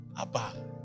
Abba